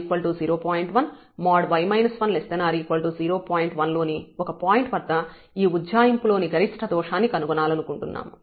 1 లోని ఒక పాయింట్ వద్ద ఈ ఉజ్జాయింపు లోని గరిష్ట దోషాన్ని కనుగొనాలనుకుంటున్నాము